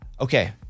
Okay